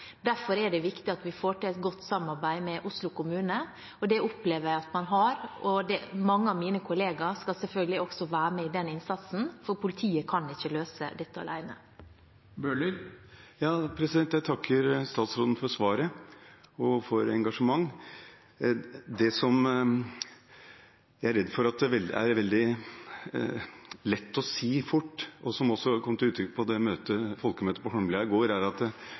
Derfor er det viktig at vi får til et godt samarbeid med Oslo kommune, og det opplever jeg at man har. Mange av mine kollegaer skal selvfølgelig også være med på den innsatsen, for politiet kan ikke løse dette alene. Jeg takker statsråden for svaret og engasjementet. Det som jeg er redd det er veldig lett å si fort, og som også kom til uttrykk på folkemøtet på Holmlia i går, er at